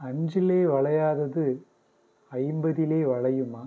அஞ்சுலே வளையாதது ஐம்பதிலே வளையுமா